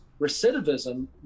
recidivism